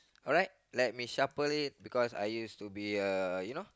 alright let me shuffle it because I used to be a you know